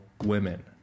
women